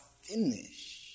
finish